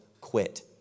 quit